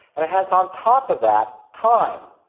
and it has on top of that, time.